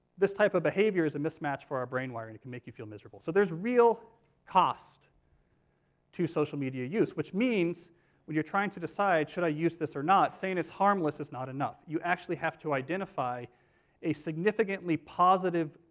this type of behavior is a mismatch for our brain wiring and can make you feel miserable. so there's real cost to social media use which means when you're trying to decide, should i use this or not, saying it's harmless is not enough. you actually have to identify a significantly positive,